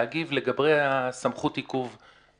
להגיב לגבי הסמכות עיכוב.